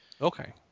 okay